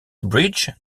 bridge